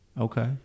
Okay